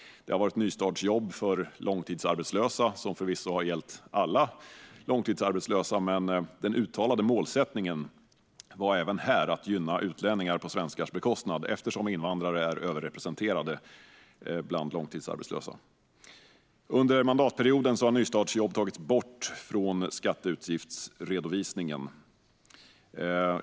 Det har varit nystartsjobb för långtidsarbetslösa, som förvisso har gällt alla långtidsarbetslösa, men den uttalade målsättningen har även här varit att gynna utlänningar på svenskars bekostnad - eftersom invandrare är överrepresenterade bland långtidsarbetslösa. Under mandatperioden har nystartsjobb tagits bort från skatteutgiftsredovisningen.